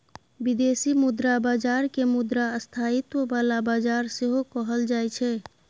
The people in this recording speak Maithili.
बिदेशी मुद्रा बजार केँ मुद्रा स्थायित्व बला बजार सेहो कहल जाइ छै